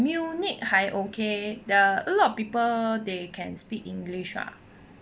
munich 还 okay the a lot of people they can speak english ah there